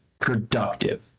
productive